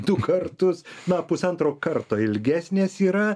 du kartus na pusantro karto ilgesnės yra